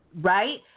right